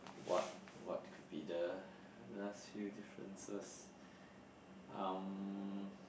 what what could be the last few differences um